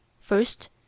First